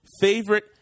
favorite